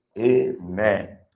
amen